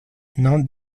non